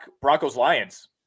Broncos-Lions